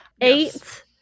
eight